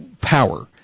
power